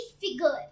figure